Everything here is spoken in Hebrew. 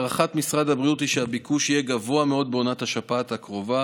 הערכת משרד הבריאות היא שהביקוש בעונת השפעת הקרובה